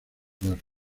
vasco